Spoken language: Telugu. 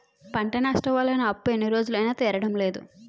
పంట నష్టం వల్ల నా అప్పు ఎన్ని రోజులైనా తీరడం లేదు